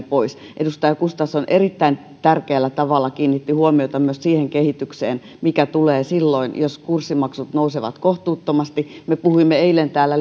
pois edustaja gustafsson erittäin tärkeällä tavalla kiinnitti huomiota myös siihen kehitykseen mikä tulee silloin jos kurssimaksut nousevat kohtuuttomasti me puhuimme eilen täällä